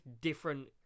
different